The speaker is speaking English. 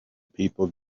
people